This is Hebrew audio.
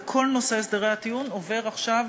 וכל נושא הסדרי הטיעון עובר עכשיו